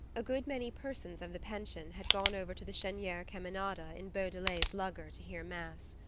a good many persons of the pension had gone over to the cheniere caminada in beaudelet's lugger to hear mass.